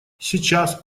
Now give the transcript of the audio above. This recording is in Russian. сейчас